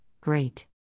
great